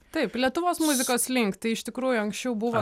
taip lietuvos muzikos link tai iš tikrųjų anksčiau buvo